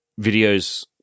videos